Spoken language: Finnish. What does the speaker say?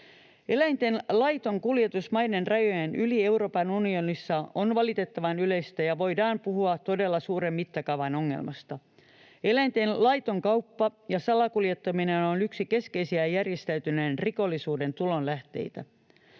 Eläinten laiton kuljetus maiden rajojen yli Euroopan unionissa on valitettavan yleistä, ja voidaan puhua todella suuren mittakaavan ongelmasta. Eläinten laiton kauppa ja salakuljettaminen ovat yksi keskeisiä järjestäytyneen rikollisuuden tulonlähteitä.